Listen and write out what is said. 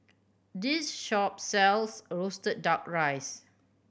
this shop sells roasted Duck Rice